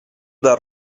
dal